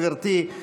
גברתי,